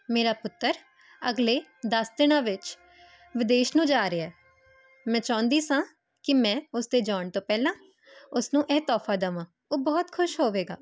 ਮੇਰਾ ਪੁੱਤਰ ਅਗਲੇ ਦਸ ਦਿਨਾਂ ਵਿੱਚ ਵਿਦੇਸ਼ ਨੂੰ ਜਾ ਰਿਹਾ ਮੈਂ ਚਾਹੁੰਦੀ ਸਾਂ ਕਿ ਮੈਂ ਉਸ ਦੇ ਜਾਣ ਤੋਂ ਪਹਿਲਾਂ ਉਸਨੂੰ ਇਹ ਤੋਹਫਾ ਦੇਵਾਂ ਉਹ ਬਹੁਤ ਖੁਸ਼ ਹੋਵੇਗਾ